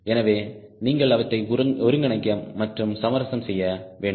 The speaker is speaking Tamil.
எனவே நீங்கள் அவற்றை ஒருங்கிணைக்க மற்றும் சமரசம் செய்ய வேண்டும்